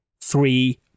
three